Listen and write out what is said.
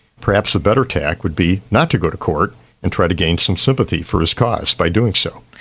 perhaps a better tack would be not to go to court and try to gain some sympathy for his cause by doing so.